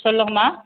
சொல்லுங்கம்மா